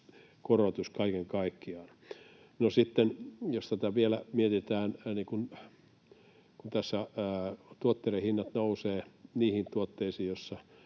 korotus kaiken kaikkiaan. No sitten, jos tätä vielä mietitään, kun tässä tuotteiden hinnat nousevat niissä tuotteissa,